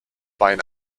bein